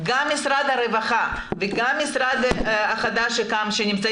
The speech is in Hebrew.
גם משרד הרווחה וגם המשרד החדש שקם שנמצא